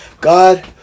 God